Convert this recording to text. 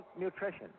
nutrition